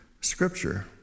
scripture